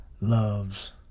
loves